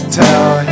tell